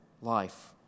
life